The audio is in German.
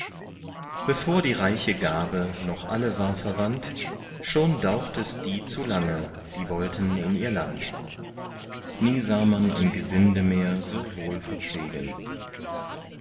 bevor die reiche gabe noch alle war verwandt schon daucht es die zu lange die wollten in ihr land nie sah man ein gesinde mehr so wohl verpflegen